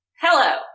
Hello